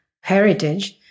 heritage